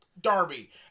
Darby